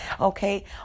okay